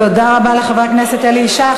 תודה רבה לחבר כנסת אלי ישי.